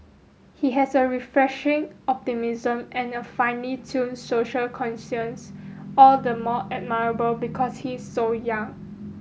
he has a refreshing optimism and a finely tuned social conscience all the more admirable because he is so young